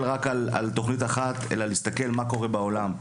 רק על תוכנית אחת אלא להסתכל מה קורה בעולם,